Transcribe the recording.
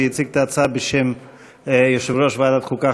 שהציג את ההצעה בשם יושב-ראש ועדת החוקה,